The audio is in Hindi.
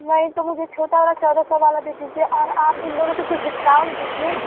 नहीं तो मुझे छोटा वाला चौदह सौ वाला दे दीजिए और आप इन दोनों पर डिस्काउंट दीजिए